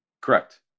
Correct